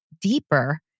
deeper